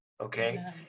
okay